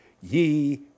ye